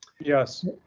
Yes